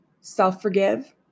Self-forgive